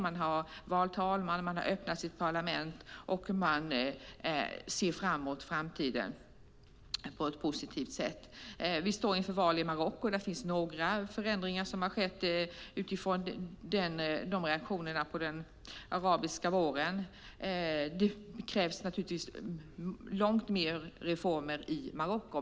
Man har valtal, man har öppnat parlamentet och man ser positivt på framtiden. Vi står inför val i Marocko. Där har skett en del förändringar utifrån reaktionerna på den arabiska våren. Det krävs naturligtvis långt fler reformer i Marocko.